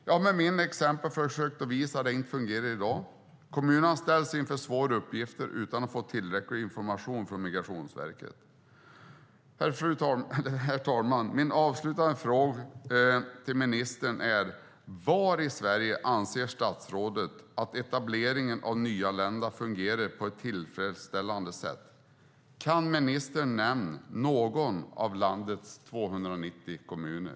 Jag har med mina exempel försökt visa att det inte fungerar i dag. Kommunerna ställs inför svåra uppgifter utan att få tillräcklig information från Migrationsverket. Herr talman! Min avslutande fråga till ministern är: Var i Sverige anser statsrådet att etableringen av nyanlända fungerar på ett tillfredsställande sätt? Kan ministern nämna någon av landets 290 kommuner?